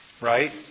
right